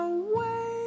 away